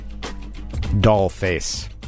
Dollface